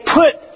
put